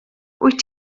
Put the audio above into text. wyt